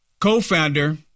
co-founder